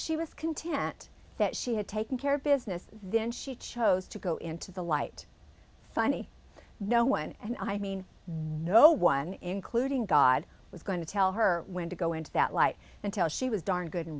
she was content that she had taken care of business then she chose to go into the light funny no one and i mean why no one including god was going to tell her when to go into that light until she was darn good and